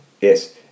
Yes